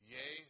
Yea